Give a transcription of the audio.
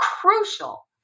crucial